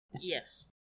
Yes